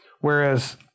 Whereas